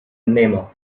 namer